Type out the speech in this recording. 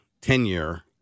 tenure